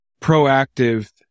proactive